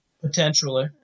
Potentially